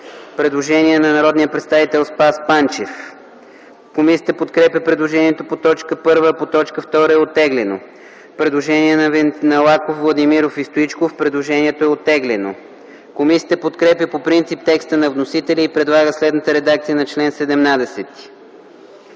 представител Спас Панчев. Комисията подкрепя предложението по т. 1, а по т. 2 е оттеглено. Предложение на Лаков, Владимиров и Стоичков. Предложението е оттеглено. Комисията подкрепя по принцип текста на вносителя и предлага следната редакция на чл. 17: